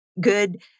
good